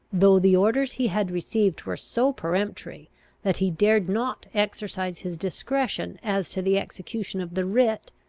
though the orders he had received were so peremptory that he dared not exercise his discretion as to the execution of the writ,